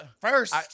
first